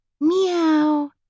Meow